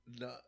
No